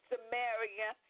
Samaria